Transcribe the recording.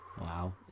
Wow